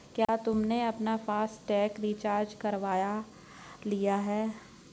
क्या तुमने अपना फास्ट टैग रिचार्ज करवा लिया है?